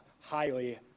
highly